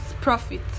profit